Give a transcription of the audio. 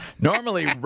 normally